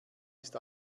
ist